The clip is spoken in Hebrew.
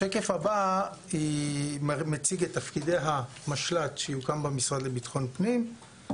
השקף הבא הוא מציג את תפקידי המשל"ט שיוקם במשרד לביטחון פנים,